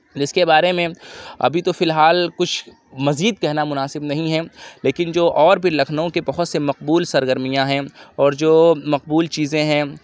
اِس کے بارے میں ابھی تو فی الحال کچھ مزید کہنا مناسب نہیں ہے لیکن جو اور بھی لکھنؤ کے بہت سے مقبول سرگرمیاں ہیں اور جو مقبول چیزیں ہیں